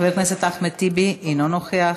חבר הכנסת אחמד טיבי, אינו נוכח,